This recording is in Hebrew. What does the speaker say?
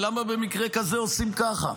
ולמה במקרה כזה עושים ככה.